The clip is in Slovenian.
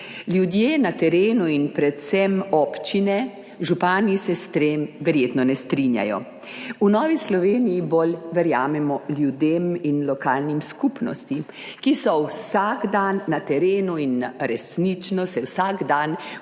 ljudje na terenu in predvsem občine, župani, se s tem verjetno ne strinjajo. V Novi Sloveniji bolj verjamemo ljudem in lokalnim skupnostim, ki so vsak dan na terenu in resnično se vsak dan